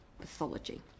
pathology